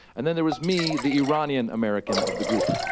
and then there was me, the iranian-american of the group.